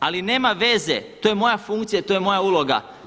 Ali nema veze, to je moja funkcija i to je moja uloga.